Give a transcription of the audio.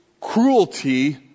cruelty